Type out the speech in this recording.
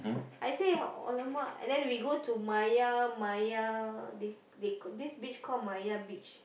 I say !alamak! and then we go to Maya Maya they they this beach called Maya beach